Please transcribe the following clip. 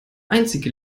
einzige